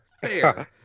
fair